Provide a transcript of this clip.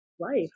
life